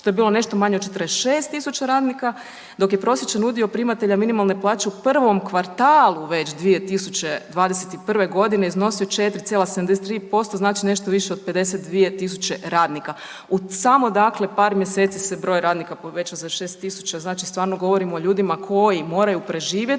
što je bilo nešto manje od 46.000 radnika dok je prosječan udio primatelja minimalne plaće u prvom kvartalu već 2021.g. iznosio 4,73% znači nešto više od 52.000 radnika. U samo par mjeseci se broj radnika povećao za 6.000, znači stvarno govorimo o ljudima koji moraju preživjeti